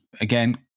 again